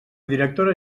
directora